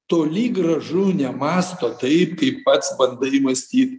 toli gražu nemąsto taip kaip pats bandai mąstyt